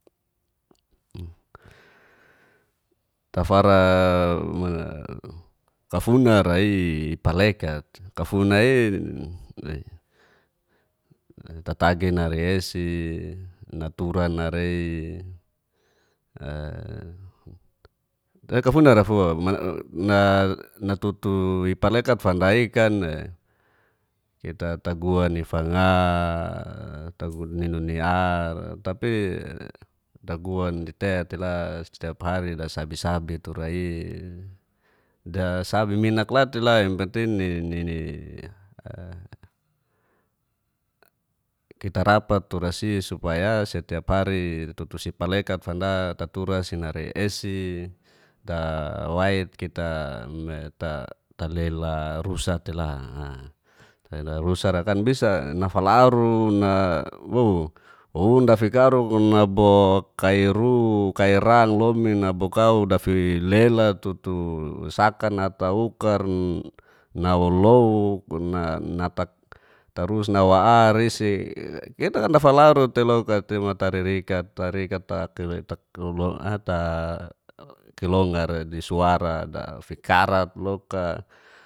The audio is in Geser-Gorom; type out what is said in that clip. Tafara kafunara'i palekat, kafuna'i tatagi narei esi natura narei kafunar'a fua natutu ipalekat fandai'kan ita taguan'i fanga ninu ni ar tapi tagu'i tea tela stiap haira dasabi sabi tura'i dasabi minak latela yang penting ni kita rapat tura si supaya sitiap hari tutu si palekat fanda tatura si narei esi tawat tita me ta talela rusa tela'a, talela rusara kan bisa nafalaru undafikaruk kai ru kai rang lomin'a nabokau dafi lela tutu saka nata ukar nawo louk nata tarus nawa ar'isik kita kan tafalaru teiloka tema taririkat tarongr di suara dafikarat loka,